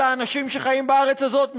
לאנשים שחיים בארץ הזאת,